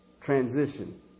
transition